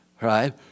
Right